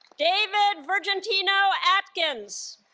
david virgintino atkins